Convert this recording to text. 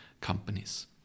companies